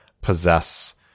possess